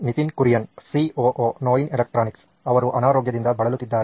Nitin Kurian COO ನೋಯಿನ್ electronics ಅವರು ಅನಾರೋಗ್ಯದಿಂದ ಬಳಲುತ್ತಿದ್ದರೆ